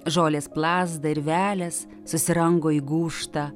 žolės plazda ir velias susirango į gūžtą